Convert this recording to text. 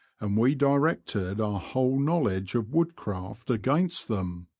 and we di rected our whole knowledge of woodcraft against them.